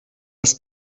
dass